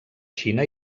xina